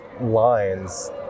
lines